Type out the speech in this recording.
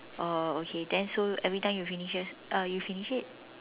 oh okay then so you every time you finishes uh you finish it